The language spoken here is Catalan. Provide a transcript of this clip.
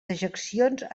dejeccions